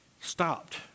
stopped